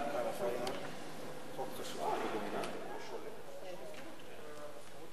חוק מרכזי ההנצחה לזכרם של מנחם בגין ויצחק רבין (תיקוני חקיקה),